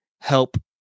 help